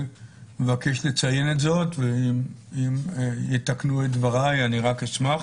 ומבקש לציין את זאת ואם יתקנו את דבריי אני רק אשמח,